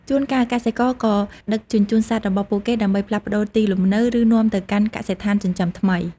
ជួនកាល កសិករក៏ដឹកជញ្ជូនសត្វរបស់ពួកគេ ដើម្បីផ្លាស់ប្តូរទីលំនៅ ឬនាំទៅកាន់កសិដ្ឋានចិញ្ចឹមថ្មី។